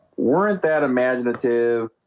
weren't that imaginative